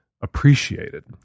appreciated